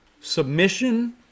submission